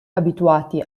abituati